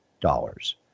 dollars